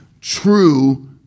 true